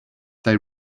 they